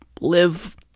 live